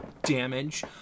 damage